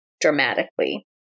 dramatically